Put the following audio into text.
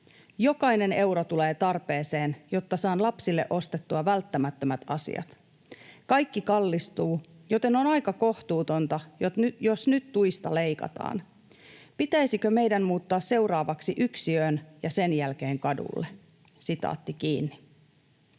Jokainen euro tulee tarpeeseen, jotta saan lapsille ostettua välttämättömät asiat. Kaikki kallistuu, joten on aika kohtuutonta, jos nyt tuista leikataan. Pitäisikö meidän muuttaa seuraavaksi yksiöön ja sen jälkeen kadulle?” ”Jos ei